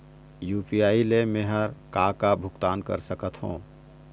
UPI ले मे हर का का भुगतान कर सकत हो?